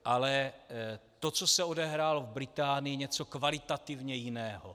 Ale to, co se odehrálo v Británii, je něco kvalitativně jiného.